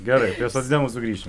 gerai socdemų sugrįšim